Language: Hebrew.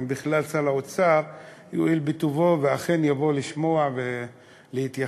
אם בכלל שר האוצר יואיל בטובו ואכן יבוא לשמוע ולהתייחס.